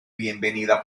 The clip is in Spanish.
bienvenida